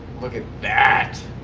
look at that.